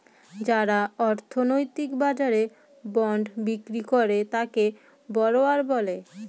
যারা অর্থনৈতিক বাজারে বন্ড বিক্রি করে তাকে বড়োয়ার বলে